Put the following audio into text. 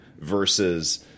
versus